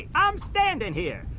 i'm standing here!